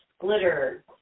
glitter